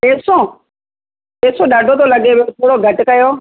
टे सौ टे सौ ॾाढो थो लॻे थोरो घटि कयो